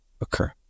occur